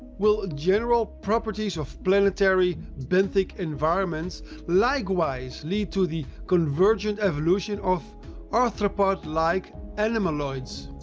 will general properties of planetary benthic environments likewise lead to the convergent evolution of arthropod-like animaloids?